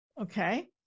Okay